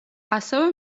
ასევე